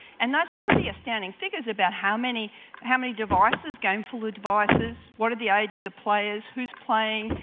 and those are pretty outstanding figures about how many how many devices, gameful devices, what are the age of the players, who's playing.